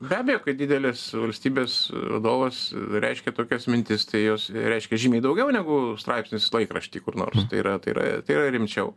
be abejo kad didelės valstybės vadovas reiškia tokias mintis tai jos reiškia žymiai daugiau negu straipsnis laikrašty kur nors tai yra tai yra tai yra rimčiau